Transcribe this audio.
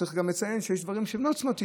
צריך לציין גם שיש מקומות שהם לא צמתים,